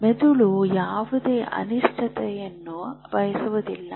ಮೆದುಳು ಯಾವುದೇ ಅನಿಶ್ಚಿತತೆಯನ್ನು ಬಯಸುವುದಿಲ್ಲ